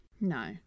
No